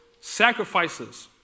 sacrifices